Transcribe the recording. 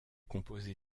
composé